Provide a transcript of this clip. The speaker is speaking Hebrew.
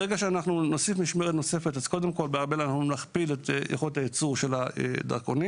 ברגע שנוסיף משמרת נוספת בארבל נכפיל את יכולת הייצור של הדרכונים.